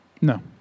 No